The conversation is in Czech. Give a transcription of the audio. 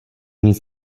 nic